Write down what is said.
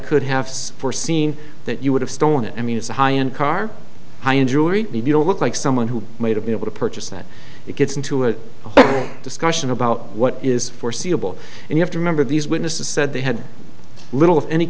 could have foreseen that you would have stolen it i mean it's a high end car i enjoyed maybe don't look like someone who might have been able to purchase that it gets into a discussion about what is foreseeable and you have to remember these witnesses said they had little